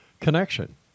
connection